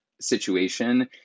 situation